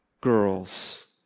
girls